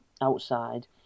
outside